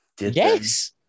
Yes